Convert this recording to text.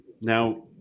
Now